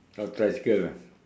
oh tricycle ah